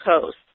Coast